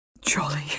Jolly